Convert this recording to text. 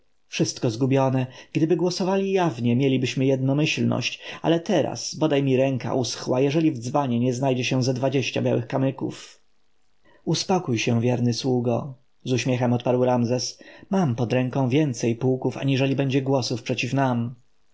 zgubione gdyby głosowali jawnie mielibyśmy jednomyślność ale teraz bodaj mi ręka uschła jeżeli w dzbanie nie znajdzie się ze dwadzieścia białych kamyków uspokój się wierny sługo z uśmiechem odparł ramzes mam pod ręką więcej pułków aniżeli będzie głosów przeciw nam